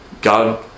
god